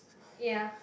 ya